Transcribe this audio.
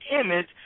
image